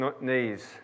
knees